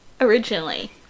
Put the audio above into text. originally